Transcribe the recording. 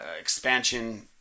expansion